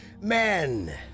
Men